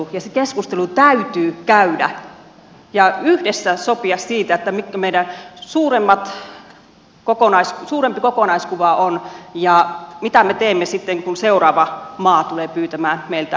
ja se keskustelu täytyy käydä ja yhdessä sopia siitä mikä meidän suurempi kokonaiskuva on ja mitä me teemme sitten kun seuraava maa tulee pyytämään meiltä apua